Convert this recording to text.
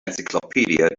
encyclopedia